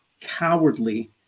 cowardly